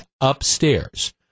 upstairs